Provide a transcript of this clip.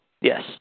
Yes